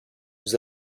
vous